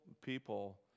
people